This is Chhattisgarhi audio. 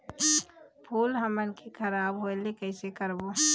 फूल हमन के खराब होए ले कैसे रोकबो?